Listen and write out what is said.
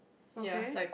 okay